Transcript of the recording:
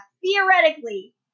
Theoretically